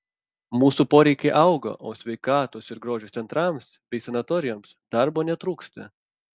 mūsų poreikiai auga o sveikatos ir grožio centrams bei sanatorijoms darbo netrūksta